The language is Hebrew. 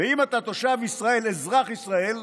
אם אתה אזרח ישראל,